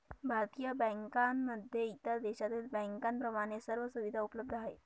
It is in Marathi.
भारतीय बँकांमध्ये इतर देशातील बँकांप्रमाणे सर्व सुविधा उपलब्ध आहेत